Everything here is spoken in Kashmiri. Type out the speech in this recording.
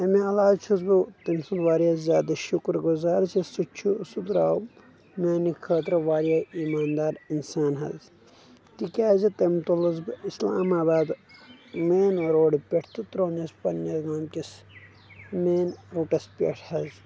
امہِ علاوٕ چھُس بہٕ تٔمۍ سُنٛد واریاہ زیادٕ شُکر گُزار زِ سُہ چھُ سُہ درٛاو میانہِ خٲطرٕ واریاہ ایمان دار انسان حظ تِکیٛازِ تٔمۍ تُلُس بہٕ اسلام آبادٕ مین روڈٕ پٮ۪ٹھ تہٕ ترٛونس پننہِ گامہٕ کِس مین روٗٹس پٮ۪ٹھ حظ